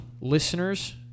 listeners